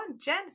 Jen